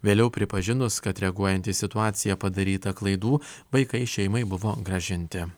vėliau pripažinus kad reaguojant į situaciją padaryta klaidų vaikai šeimai buvo grąžinti